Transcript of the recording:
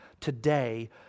Today